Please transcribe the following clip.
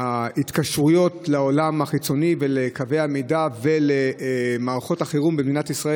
ההתקשרויות לעולם החיצוני ולקווי המידע ולמערכות החירום במדינת ישראל.